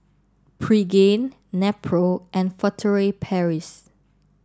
Pregain Nepro and Furtere Paris